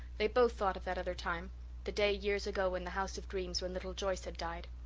they both thought of that other time the day years ago in the house of dreams when little joyce had died.